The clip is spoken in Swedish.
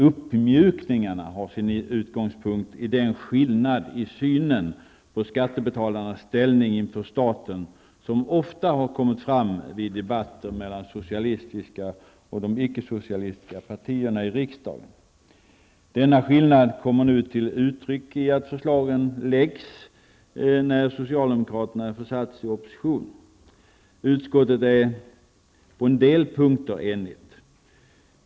Uppmjukningarna har sin utgångspunkt i den skillnad i synen på skattebetalarnas ställning inför staten, som ofta har kommit fram vid debatter mellan de socialistiska och de icke-socialistiska partierna i riksdagen. Denna skillnad kommer nu till uttryck i att förslagen läggs fram när socialdemokraterna har försatts i opposition. Utskottet är på en del punkter enigt.